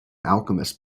alchemists